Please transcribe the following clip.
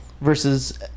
versus